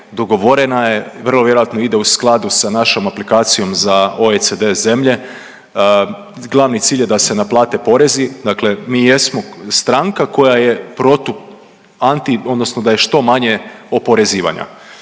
dogovorena je, vrlo vjerojatno ide u skladu sa našom aplikacijom za OECD zemlje, glavni cilj je da se naplate porezi, dakle mi jesmo stranka koja je protu, anti, odnosno da je što manje oporezivanja.